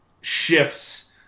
shifts